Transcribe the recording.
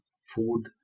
food